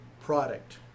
product